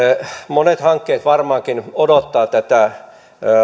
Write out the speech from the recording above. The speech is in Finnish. monet hankkeet varmaankin odottavat tätä